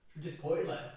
Disappointed